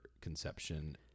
conception